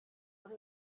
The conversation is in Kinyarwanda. muri